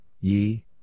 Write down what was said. Ye